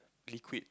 liquid